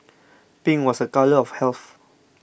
pink was the colour of health